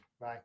Bye